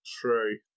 true